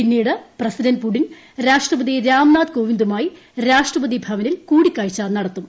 പിന്നീട് president Putin രാഷ്ട്രപതി രാംനാഥ് കോവിന്ദുമായി രാഷ്ട്രപതി ഭവനിൽ കൂടിക്കാഴ്ച നടത്തും